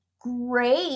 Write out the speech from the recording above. great